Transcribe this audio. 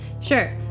Sure